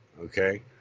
okay